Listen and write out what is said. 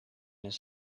his